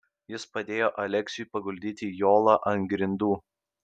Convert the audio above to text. jis padėjo aleksiui paguldyti jolą ant grindų